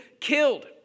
killed